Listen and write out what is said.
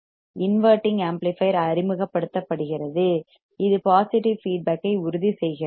inverting amplifier அறிமுகப்படுத்தப்படுகிறது இது positive feedback ஐ உறுதி செய்கிறது